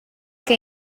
que